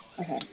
Okay